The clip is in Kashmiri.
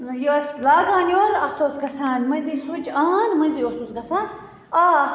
یہِ ٲسۍ لاگان یورٕ اتھ اوس گَژھان مٔنٛزٕے سُچ آن مٔنٛزٕے اوسُس گَژھان آف